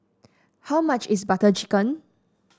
how much is Butter Chicken